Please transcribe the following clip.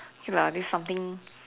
okay lah at least something